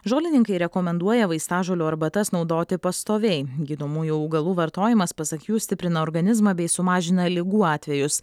žolininkai rekomenduoja vaistažolių arbatas naudoti pastoviai gydomųjų augalų vartojimas pasak jų stiprina organizmą bei sumažina ligų atvejus